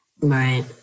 right